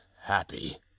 happy